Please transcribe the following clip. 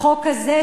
החוק הזה,